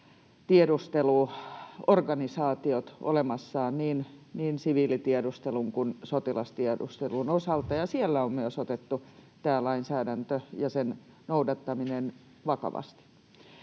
tiedusteluorganisaatiot olemassa niin siviilitiedustelun kuin sotilastiedustelun osalta ja siellä on myös otettu tämä lainsäädäntö ja sen noudattaminen vakavasti,